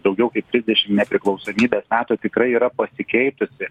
daugiau kaip trisdešim nepriklausomybės metų tikrai yra pasikeitusi